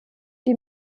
die